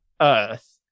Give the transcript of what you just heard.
earth